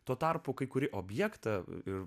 tuo tarpu kai kuri objektą